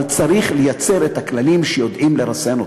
אבל צריך לייצר את הכללים שיודעים לרסן אותו.